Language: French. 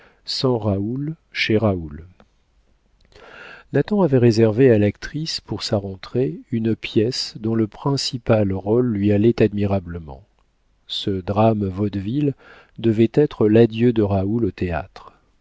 raoul chez raoul nathan avait réservé à l'actrice pour sa rentrée une pièce dont le principal rôle lui allait admirablement ce drame vaudeville devait être l'adieu de raoul au théâtre